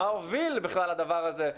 מה הוביל בכלל לדבר הזה,